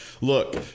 look